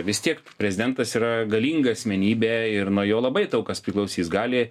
vis tiek prezidentas yra galinga asmenybė ir nuo jo labai daug kas priklausys gali